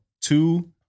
Two